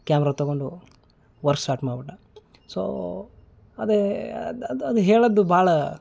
camera ತೊಗೊಂಡು ವರ್ಸ್ start ಮಾಡ್ಬಿಟ್ಟೆ ಸೋ ಅದೇ ಅದು ಅದು ಅದು ಹೇಳೋದು ಭಾಳ